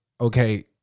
okay